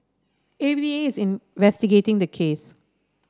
A V A is investigating the case